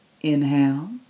inhale